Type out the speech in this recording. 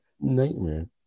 Nightmare